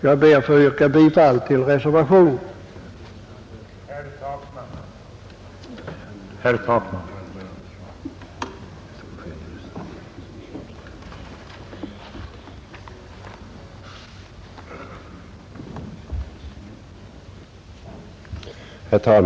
Jag ber att få yrka bifall till reservationen 6 a.